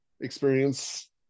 experience